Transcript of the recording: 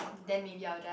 then maybe I will just